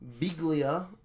Biglia